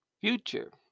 future